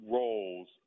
roles